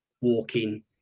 walking